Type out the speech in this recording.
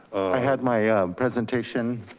i had my presentation.